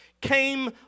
came